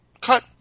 cut